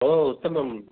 ओ उत्तमम्